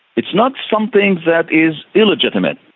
it's not something that is illegitimate.